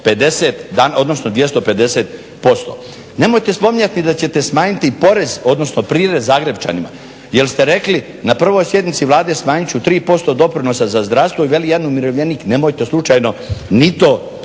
plaćanja na 250%. Nemojte spominjati da ćete smanjiti porez, odnosno prirez Zagrepčanima jer ste rekli na prvoj sjednici vlade smanjit ću 3% doprinosa za zdravstvo i veli jedan umirovljenik nemojte slučajno ni to